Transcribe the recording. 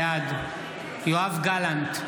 בעד יואב גלנט,